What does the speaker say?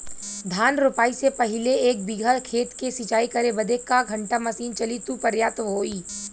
धान रोपाई से पहिले एक बिघा खेत के सिंचाई करे बदे क घंटा मशीन चली तू पर्याप्त होई?